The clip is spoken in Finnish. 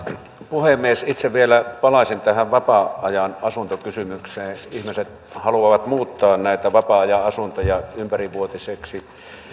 puhemies itse vielä palaisin tähän vapaa ajanasuntokysymykseen kun ihmiset haluavat muuttaa vapaa ajanasuntoja ympärivuotiseen